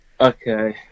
Okay